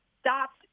stopped